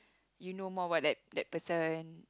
you know more about that that person